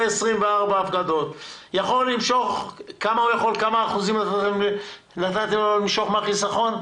יכול למשוך כמה אחוזים נתתם לו למשוך מהחיסכון?